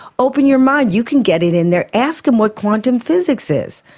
open your mind you can get it in there, ask him what quantum physics is.